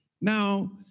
Now